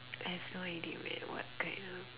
I have no idea wh~ what kind of